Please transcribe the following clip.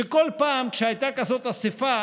שכל פעם שהייתה כזאת אספה